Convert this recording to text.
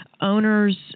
owners